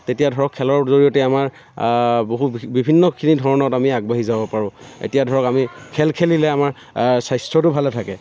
তেতিয়া ধৰক খেলৰ জৰিয়তে আমাৰ বহু বিভিন্নখিনি ধৰণত আমি আগবাঢ়ি যাব পাৰোঁ এতিয়া ধৰক আমি খেল খেলিলে আমাৰ স্বাস্থ্যটো ভালে থাকে